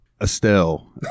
Estelle